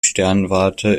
sternwarte